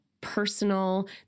personal